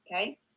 Okay